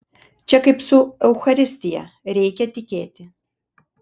čia kaip su eucharistija reikia tikėti